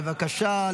בבקשה.